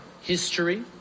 history